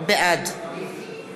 בעד